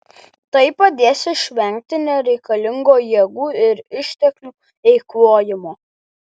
tai padės išvengti nereikalingo jėgų ir išteklių eikvojimo